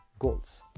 Goals